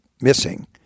missing